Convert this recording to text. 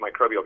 microbial